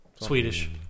Swedish